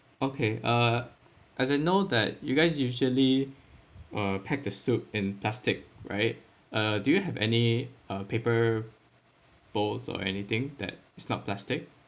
okay uh as you know that you guys usually uh packed the soup in plastic right uh do you have any uh paper bowls or anything that is not plastic